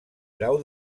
grau